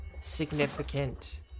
significant